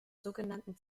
sogenannten